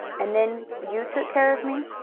and then you took care of me?